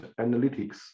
analytics